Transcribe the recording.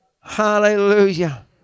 Hallelujah